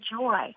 joy